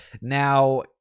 now